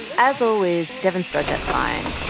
as always, devyn starts out fine.